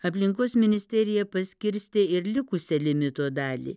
aplinkos ministerija paskirstė ir likusią limito dalį